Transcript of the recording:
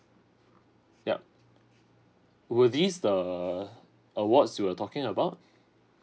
yup will this the awards you were talking about